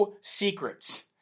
Secrets